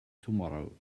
tomorrow